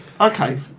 Okay